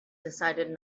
decided